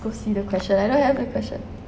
go see the question I don't have the question